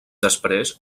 després